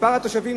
מספר התושבים,